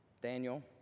Daniel